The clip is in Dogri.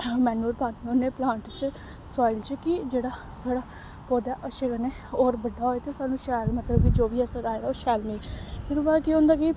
मैन्यूर पाने होन्ने प्लांट च सायल च कि जेह्ड़ा साढ़ा पौधा अच्छे कन्नै होर बड्डा होऐ ते सानूं शैल मतलब जो बी असें लाया दा शैल मिलै फिर ओह्दे बाद केह् होंदा कि